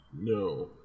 No